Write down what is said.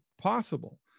possible